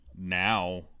now